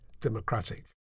democratic